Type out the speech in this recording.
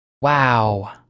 Wow